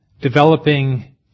developing